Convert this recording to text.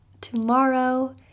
tomorrow